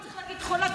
לא צריך להגיד חולה,